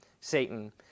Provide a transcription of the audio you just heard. Satan